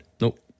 Nope